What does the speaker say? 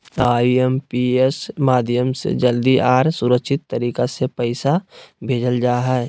IMPS माध्यम से जल्दी आर सुरक्षित तरीका से पैसा भेजल जा हय